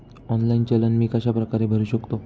Online चलन मी कशाप्रकारे भरु शकतो?